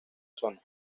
zona